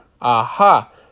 Aha